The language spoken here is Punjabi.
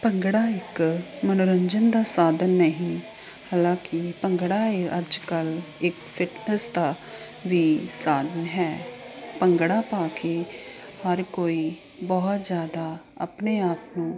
ਭੰਗੜਾ ਇੱਕ ਮਨੋਰੰਜਨ ਦਾ ਸਾਧਨ ਨਹੀਂ ਹਾਲਾਂਕਿ ਭੰਗੜਾ ਇਹ ਅੱਜ ਕੱਲ੍ਹ ਇੱਕ ਫਿਟਨਸ ਦਾ ਵੀ ਸਾਧਨ ਹੈ ਭੰਗੜਾ ਪਾ ਕੇ ਹਰ ਕੋਈ ਬਹੁਤ ਜ਼ਿਆਦਾ ਆਪਣੇ ਆਪ ਨੂੰ